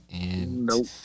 Nope